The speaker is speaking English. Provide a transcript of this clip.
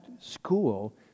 school